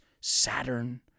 Saturn